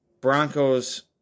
Broncos